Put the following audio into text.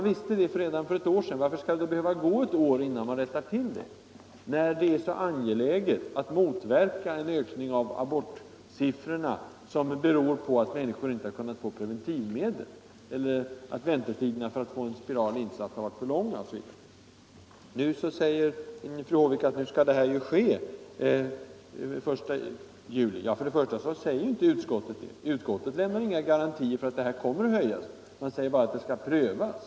Varför skall det då behöva gå ett år innan man rättar till det, när det är så angeläget att motverka en ökning av abortsiffrorna som beror på att människor inte har kunnat få preventivmedel, på att väntetiderna för t.ex. att få en spiral insatt har varit för långa? Fru Håvik säger att detta skall klaras den 1 juli. För det första lovar inte utskottet det. Utskottet lämnar inga garantier för att ersättningen kommer att höjas, man säger bara att frågan skall prövas.